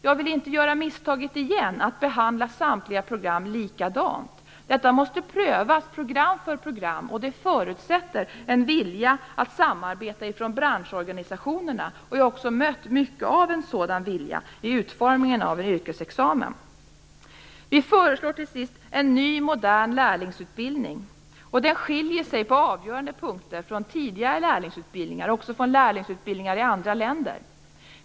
Jag vill inte göra misstaget igen att behandla samtliga program lika. Detta måste prövas program för program, och det förutsätter en vilja hos branschorganisationerna att samarbeta. Jag har också mött mycket av en sådan vilja i utformningen av en yrkesexamen. Vi föreslår till sist en ny, modern lärlingsutbildning. Den skiljer sig på avgörande punkter från tidigare lärlingsutbildningar, också från lärlingsutbildningar i andra länder.